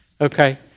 Okay